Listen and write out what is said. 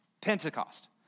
Pentecost